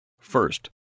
First